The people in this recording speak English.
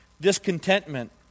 discontentment